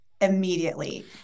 immediately